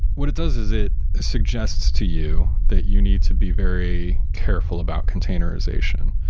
what it does is it suggests to you that you need to be very careful about containerization,